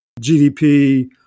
GDP